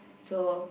so